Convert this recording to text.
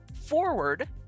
forward